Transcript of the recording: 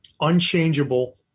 unchangeable